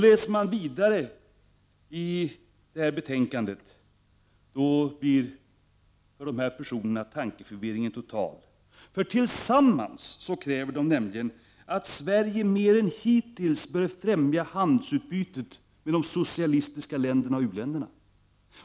Läser man vidare kan man notera att tankeförvirringen hos dessa personer blir total. Tillsammans kräver Rolf L Nilson och Lars Norberg nämligen att Sverige mer än hittills bör främja handelsutbytet med de socialistiska länderna och u-länderna.